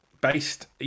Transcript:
based